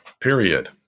period